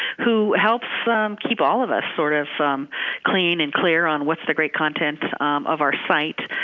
who helps um keep all of us sort of clean and clear on what's the great content of our site,